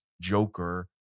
joker